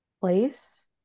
place